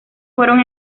fueron